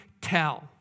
tell